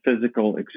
physical